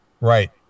Right